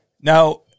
Now